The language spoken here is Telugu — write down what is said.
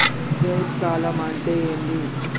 జైద్ కాలం అంటే ఏంది?